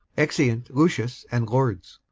exeunt lucius and lords